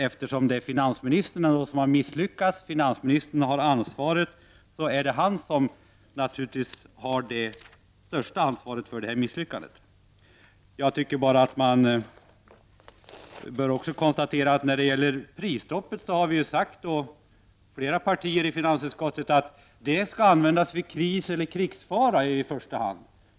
Eftersom det är finansministern som har det största ansvaret, är det naturligtvis främst han som har misslyckats. Man bör också konstatera att vi från flera partiers sida i finansutskottet har framhållit att prisstoppet skall användas i första hand vid kris eller krigsfara.